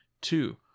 Two